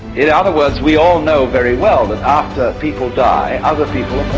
in other words, we all know very well that after people die, other people are